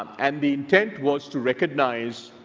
and the intent was to recognize